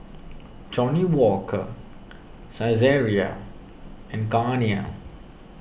Johnnie Walker Saizeriya and Garnier